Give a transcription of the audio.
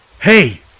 Hey